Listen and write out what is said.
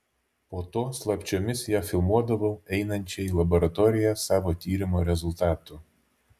po to slapčiomis ją filmuodavau einančią į laboratoriją savo tyrimo rezultatų